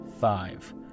Five